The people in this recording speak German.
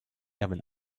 erwin